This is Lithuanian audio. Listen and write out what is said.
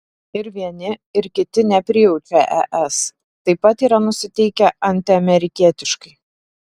ir vieni ir kiti neprijaučia es taip pat yra nusiteikę antiamerikietiškai